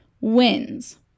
wins